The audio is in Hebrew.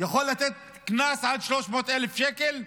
יכול לתת קנס עד 300,000 שקלים,